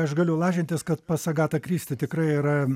aš galiu lažintis kad pas agatą kristi tikrai yra